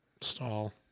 stall